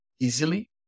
easily